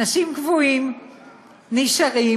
אנשים קבועים נשארים,